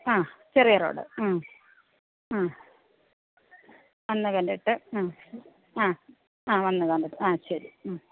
ആ ചെറിയ റോഡ് മ്മ് മ്മ് വന്ന് കണ്ടിട്ട് മ്മ് ആ വന്ന് കണ്ടിട്ട് മ്മ് ആ ശരി മ്മ്